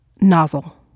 Nozzle